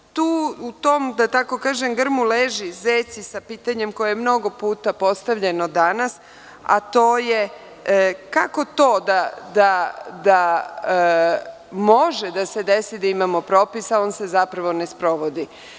U tom, da kažem, grmu leži zec i sa pitanjem koje je mnogo puta postavljeno danas, a to je kako to da može da se desi da imamo propis, a on se ustvari ne sprovodi.